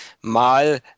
mal